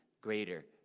greater